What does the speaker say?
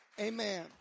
Amen